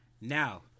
now